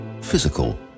physical